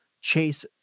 chase